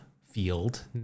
Field